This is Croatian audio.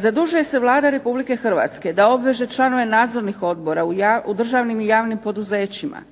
Zadužuje se Vlada Republike Hrvatske da obveže članove nadzornih odbora u državnim i javnim poduzećima